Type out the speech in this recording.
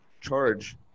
charge